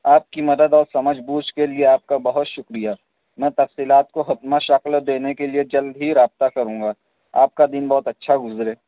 آپ کی مدد اور سمجھ بوجھ کے لیے آپ کا بہت شکریہ میں تفصیلات کو حتمی شکل دینے کے لیے جلد ہی رابطہ کروں گا آپ کا دن بہت اچھا گزرے